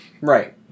Right